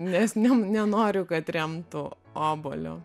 nes ne nenoriu kad remtų obuolio